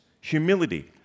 humility